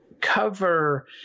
cover